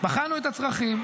בחנו את הצרכים,